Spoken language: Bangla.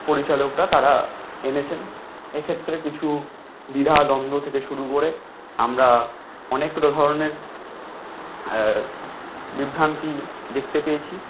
পরিচালকরা তারা এনেছেন এক্ষেত্রে কিছু দ্বিধা দ্বন্দ্ব থেকে শুরু করে আমরা অনেকগুলো ধরনের বিভ্রান্তি দেখতে পেয়েছি